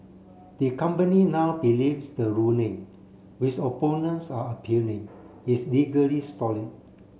the company now believes the ruling which opponents are appealing is legally solid